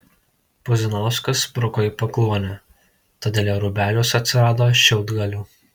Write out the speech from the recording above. puzinauskas spruko į pakluonę todėl jo rūbeliuos atsirado šiaudgalių